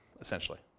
essentially